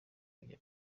kujya